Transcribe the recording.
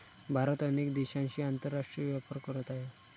भारत अनेक देशांशी आंतरराष्ट्रीय व्यापार करत आहे